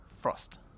Frost